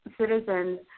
citizens